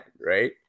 right